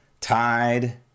Tide